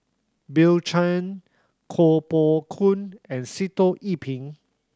Bill Chen Koh Poh Koon and Sitoh Yih Pin